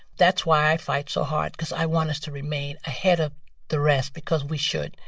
that's why i fight so hard because i want us to remain ahead of the rest because we should.